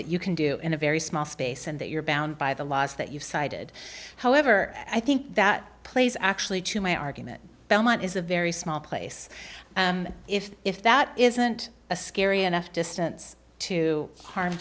that you can do in a very small space and that you're bound by the laws that you've cited however i think that plays actually to my argument belmont is a very small place and if if that isn't a scary enough distance to harm